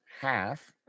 half